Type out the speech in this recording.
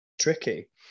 Tricky